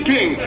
King